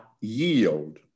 yield